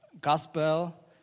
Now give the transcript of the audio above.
gospel